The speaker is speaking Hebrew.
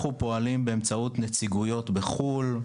אנחנו פועלים באמצעות נציגויות בחו"ל,